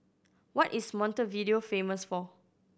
what is Montevideo famous for